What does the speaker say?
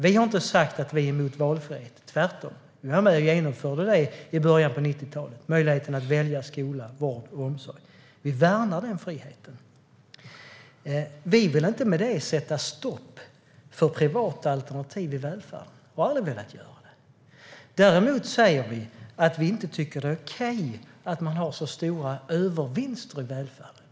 Vi har inte sagt att vi är emot valfrihet, tvärtom. I början av 90-talet var vi med och genomförde möjligheten att välja skola, vård och omsorg. Vi värnar den friheten. Vi vill inte sätta stopp för privata alternativ i välfärden. Det har vi aldrig velat göra. Däremot säger vi att vi inte tycker att det är okej att man har så stora övervinster i välfärden.